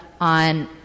on